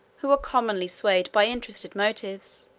who are commonly swayed by interested motives,